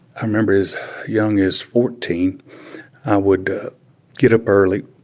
i remember as young as fourteen i would get up early,